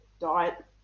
diet